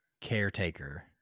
Caretaker